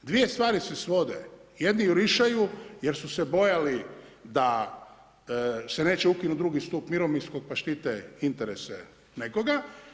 Dvije stvari se svode jedni jurišaju, jer su se bojali da se neće ukinut drugi stup mirovinskog pa štite interese nekoga.